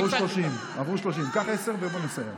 עברו 30. קח עשר, ובוא נסיים.